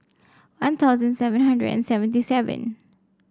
One Thousand seven hundred and seventy seven